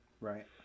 Right